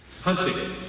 Hunting